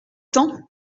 temps